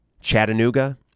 Chattanooga